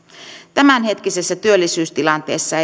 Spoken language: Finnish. tämänhetkisessä työllisyystilanteessa